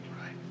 Right